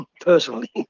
personally